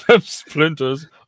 Splinters